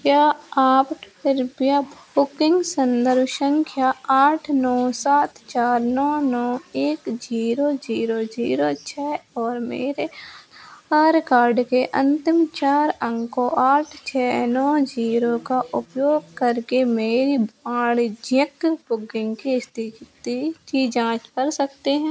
क्या आप कृपया बुकिंग संदर्भ संख्या आठ नौ सात चार नौ नौ एक जीरो जीरो जीरो छः और मेरे आधार कार्ड के अंतिम चार अंकों आठ छः नौ जीरो का उपयोग करके मेरी वाणिज्यिक बुकिंग की स्थिति की जाँच कर सकते हैं